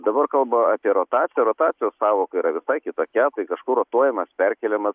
dabar kalba apie rotaciją rotacijos sąvoka yra visai kitokia tai kažkur rotuojamas perkeliamas